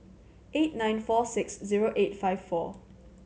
eight nine four six zero eight five four